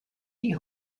die